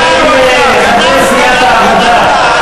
חברי סיעת העבודה,